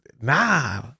nah